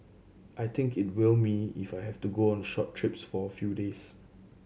I think it will me if I have to go on short trips for a few days